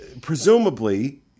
presumably